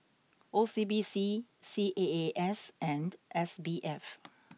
O C B C C A A S and S B F